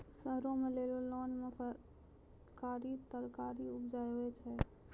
शहरो में लोगों लान मे फरकारी तरकारी उपजाबै छै